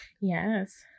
Yes